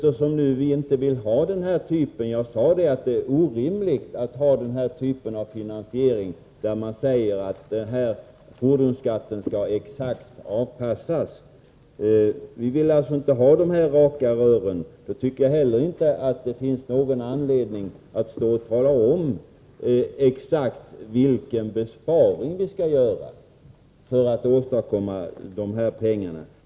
Jag sade ju att det är orimligt med den typen av finansiering att fordonsskatten skall avpassas exakt — vi vill alltså inte ha sådana ”raka rör”. Därför tycker jag heller inte att det finns någon anledning att stå här och tala om exakt vilka besparingar vi vill göra för att åstadkomma finansieringen.